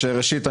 ראשית,